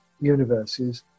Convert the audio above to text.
universes